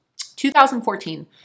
2014